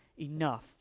enough